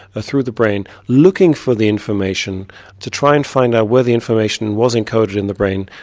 through the brain, looking for the information to try and find out where the information was encoded in the brain,